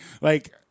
Like-